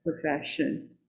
profession